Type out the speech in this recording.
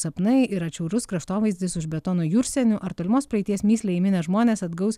sapnai ir atšiaurus kraštovaizdis už betono jūrsienių ar tolimos praeities mįslę įminę žmonės atgaus